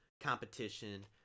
competition